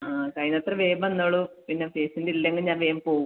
ആ കഴിയുന്നത്ര വേഗം വന്നോളൂ പിന്നെ പേഷ്യൻറ്റ് ഇല്ലെങ്കിൽ ഞാൻ വേഗം പോവും